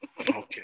okay